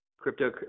crypto